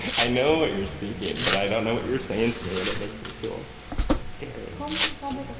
i know what you're speaking but i don't know what you're saying to me and it makes me feel scared. um so and like ah